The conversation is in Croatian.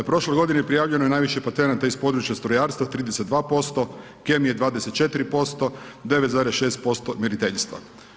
Prošle godine prijavljeno je najviše patenata iz područja strojarstva 32%, kemije 24%, 9,6% mjeriteljstva.